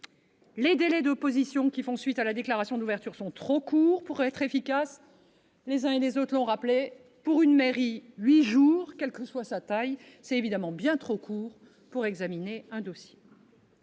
les délais d'opposition qui font suite à la déclaration d'ouverture sont trop courts pour être efficaces : huit jours pour une mairie, quelle que soit sa taille, c'est évidemment bien trop peu pour examiner un dossier.